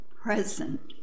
present